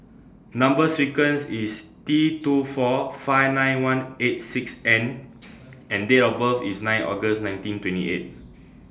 Number sequence IS T two four five nine one eight six N and Date of birth IS nine August nineteen twenty eight